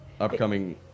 upcoming